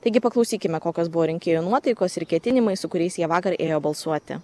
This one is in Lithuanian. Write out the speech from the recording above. taigi paklausykime kokios buvo rinkėjų nuotaikos ir ketinimai su kuriais jie vakar ėjo balsuoti